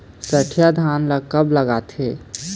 सठिया धान ला कब लगाथें?